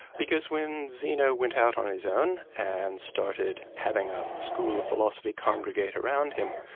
because when zeno went out on his own and started having a school of philosophy congregate around him,